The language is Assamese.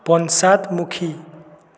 পঞ্চাদমুখী